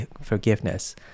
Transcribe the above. forgiveness